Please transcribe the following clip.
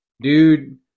dude